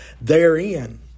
Therein